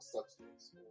substance